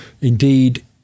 indeed